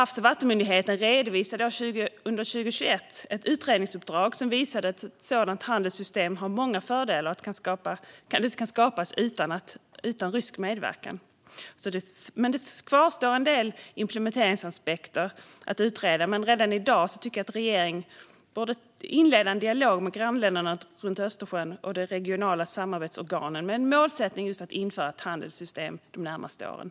Havs och vattenmyndigheten redovisade under 2021 ett utredningsuppdrag som visade att ett sådant handelssystem har många fördelar och kan skapas utan rysk medverkan. Det kvarstår en del implementeringsaspekter att utreda. Men redan i dag borde regeringen inleda en dialog med grannländerna runt Östersjön och de regionala samarbetsorganen med målsättningen att just införa ett handelssystem de närmaste åren.